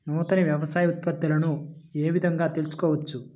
నూతన వ్యవసాయ ఉత్పత్తులను ఏ విధంగా తెలుసుకోవచ్చు?